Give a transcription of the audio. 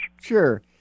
Sure